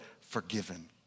forgiven